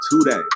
today